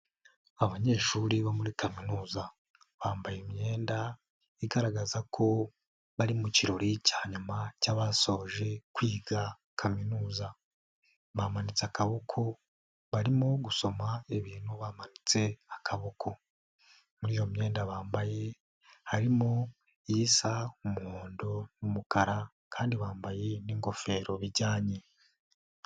Abanyeshuri bo muri kaminuza bambaye imyenda igaragaza ko bari mu kirori cya nyuma cy'abasoje kwiga kaminuza, bamanitse akaboko barimo gusoma ibintu bamanitse akaboko, muri iyo myenda bambaye harimo isa umuhondo n'umukara kandi bambaye n'ingofero bijyanye.